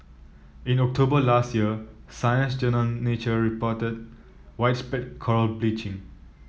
in October last year Science Journal Nature reported widespread coral bleaching